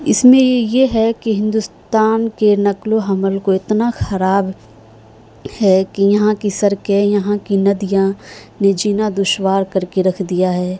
اس میں یہ یہ ہے کہ ہندوستان کے نقل و حمل کو اتنا خراب ہے کہ یہاں کی سڑکیں یہاں کی ندیاں نے جینا دشوار کر کے رکھ دیا ہے